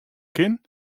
kin